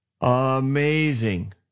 Amazing